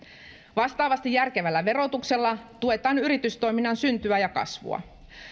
vastaavasti järkevällä verotuksella tuetaan yritystoiminnan syntyä ja kasvua